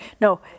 No